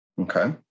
Okay